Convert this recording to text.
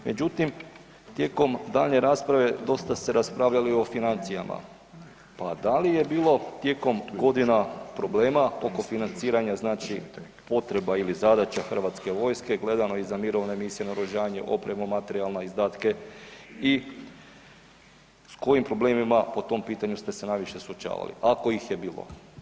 Međutim, tijekom daljnje rasprave, dosta se raspravljalo i o financijama pa da li je bilo tijekom godina problema oko financiranja potreba ili zadaća hrvatske vojske gledano i za mirovne misije, naoružanje, opremu, materijalne izdatke i s kojim problemima po tom pitanju ste se najviše suočavali ako ih je bilo?